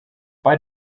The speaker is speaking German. bei